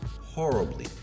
horribly